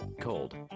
Cold